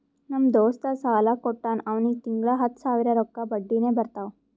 ನಮ್ ದೋಸ್ತ ಸಾಲಾ ಕೊಟ್ಟಾನ್ ಅವ್ನಿಗ ತಿಂಗಳಾ ಹತ್ತ್ ಸಾವಿರ ರೊಕ್ಕಾ ಬಡ್ಡಿನೆ ಬರ್ತಾವ್